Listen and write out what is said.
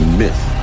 myth